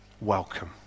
Welcome